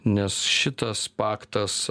nes šitas paktas